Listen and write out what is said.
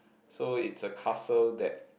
so it's a castle that